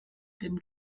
dem